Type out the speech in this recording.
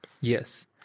Yes